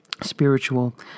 spiritual